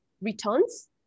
returns